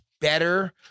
better